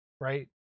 right